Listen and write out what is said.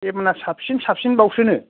एबारना साबसिन साबसिनबावसोनो